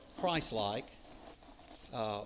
Christ-like